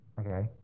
okay